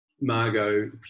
Margot